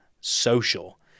social